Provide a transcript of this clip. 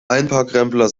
einparkrempler